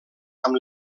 amb